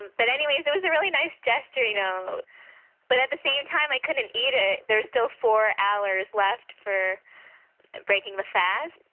but anyway, it was a really nice gesture. you know but at the same time, i couldn't eat it. there was still four hours left for breaking the fast.